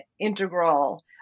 integral